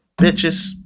bitches